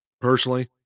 personally